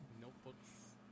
notebooks